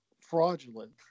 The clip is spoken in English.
fraudulent